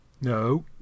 No